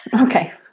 Okay